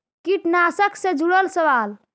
कीटनाशक से जुड़ल सवाल?